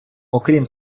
окрім